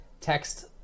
text